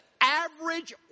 average